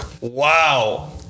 Wow